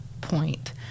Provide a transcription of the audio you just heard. point